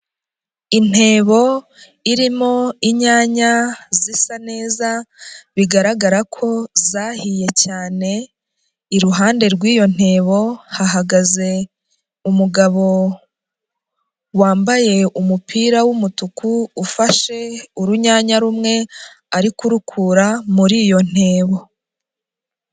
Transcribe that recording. Intebo irimo inyanya zisa neza, bigaragara ko zahiye cyane, iruhande rw'iyo ntebo hahagaze umugabo wambaye umupira w'umutuku ufashe urunyanya rumwe, ari kurukura muri iyo ntebo.